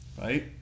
Right